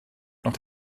noch